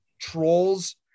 trolls